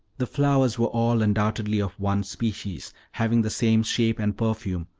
the flowers were all undoubtedly of one species, having the same shape and perfume,